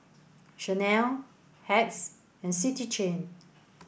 Chanel Hacks and City Chain